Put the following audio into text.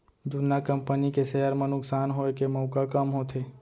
जुन्ना कंपनी के सेयर म नुकसान होए के मउका कम होथे